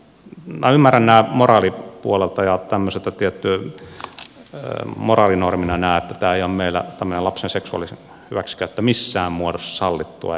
minä ymmärrän moraalipuolelta ja tämmöisenä tiettynä moraalinormina että meillä ei ole tämmöinen lapsen seksuaalinen hyväksikäyttö missään muodossa sallittua eikä hyväksyttävää